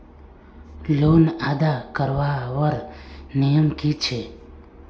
Loan अदा करवार नियम की छे?